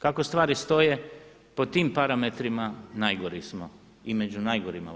Kako stvari stoje, po tim parametrima najgori smo i među najgorima u EU.